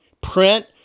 print